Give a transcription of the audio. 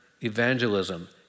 evangelism